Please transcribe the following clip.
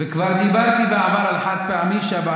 קולה וחד-פעמי, זה שני המוצרים, אה, הבנתי.